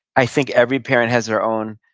i think every parent has their own